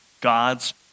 God's